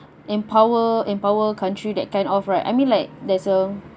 empower empower country that kind of right I mean like there's a